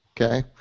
Okay